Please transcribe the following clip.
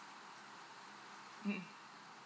mm